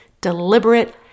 deliberate